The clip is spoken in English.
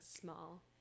small